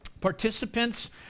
Participants